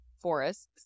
forests